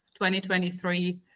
2023